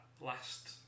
last